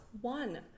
one